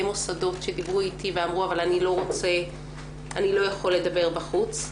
מוסדות שדיברו איתי ואמרו: אבל אני לא יכול לדבר בחוץ.